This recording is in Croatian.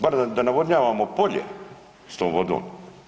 Bara da navodnjavamo polje sa tom vodom.